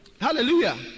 Hallelujah